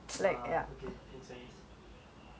I would I would like to become chandler from friends